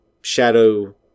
Shadow